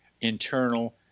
internal